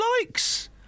likes